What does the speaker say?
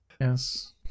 yes